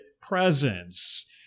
presence